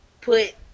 put